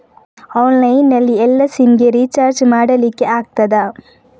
Online ನಲ್ಲಿ ಎಲ್ಲಾ sim ಗೆ ರಿಚಾರ್ಜ್ ಮಾಡಲಿಕ್ಕೆ ಆಗ್ತದಾ?